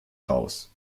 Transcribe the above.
graus